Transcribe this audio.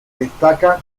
destaca